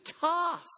tough